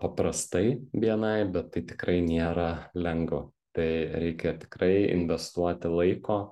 paprastai bni bet tai tikrai nėra lengva tai reikia tikrai investuoti laiko